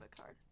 card